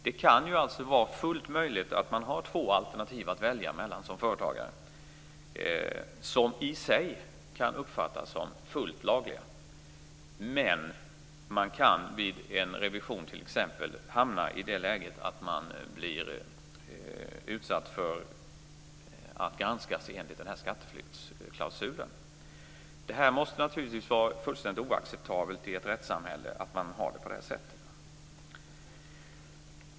Det kan alltså vara fullt möjligt att man som företagare har två alternativ att välja mellan som i sig kan uppfattas som fullt lagliga. Men man kan vid t.ex. en revision hamna i det läget att man blir utsatt för att granskas enligt skatteflyktsklausulen. Det måste naturligtvis vara helt oacceptabelt att man har det på detta sätt i ett rättssamhälle.